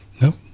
Nope